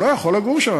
הוא לא יכול לגור שם.